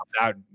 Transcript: out